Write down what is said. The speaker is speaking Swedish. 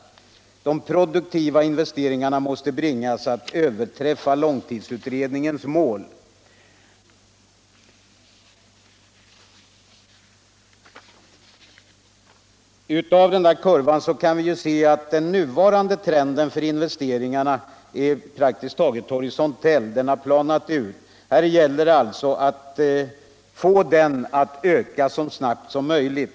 De produktiva investeringarna måste bringas att överträffa långtidsutredningens mål. Den nuvarande trenden för investeringarna ger en praktiskt taget horisontell linje i diagrammet. Här gäller det alltså att bryta den trenden och få investeringarna att öka så snabbt som möjligt.